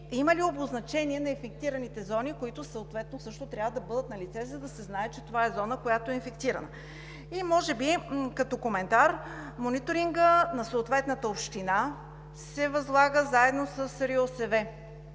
има ли обозначение на инфектираните зони, които съответно също трябва да бъдат налице, за да се знае, че това е зона, която е инфектирана? И може би като коментар – мониторингът на съответната община се възлага заедно с РИОСВ.